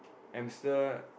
hamster